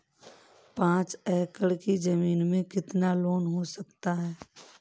पाँच एकड़ की ज़मीन में कितना लोन हो सकता है?